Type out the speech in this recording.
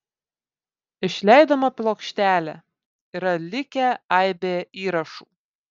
išleidome plokštelę yra likę aibė įrašų